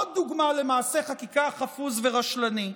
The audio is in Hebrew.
זאת עוד דוגמה למעשה חקיקה חפוז ורשלני.